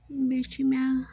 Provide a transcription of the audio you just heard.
بیٚیہِ چھُ مےٚ